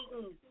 eaten